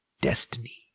destiny